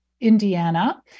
Indiana